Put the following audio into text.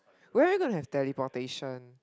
where you gone have that deportation